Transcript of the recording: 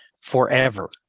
forever